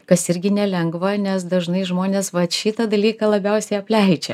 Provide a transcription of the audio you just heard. kas irgi nelengva nes dažnai žmonės vat šitą dalyką labiausiai apleidžia